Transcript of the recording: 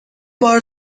بار